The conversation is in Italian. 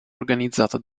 organizzata